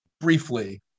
briefly